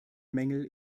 mängel